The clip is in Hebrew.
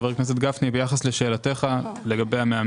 גפני לגבי המאמנים.